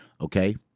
Okay